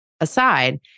aside